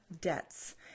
debts